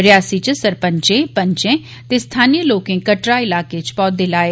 रियासी च सरपंचें पंचें ते स्थानीय लोकें कटरा इलाके च पौधे लाए